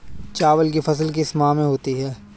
चावल की फसल किस माह में होती है?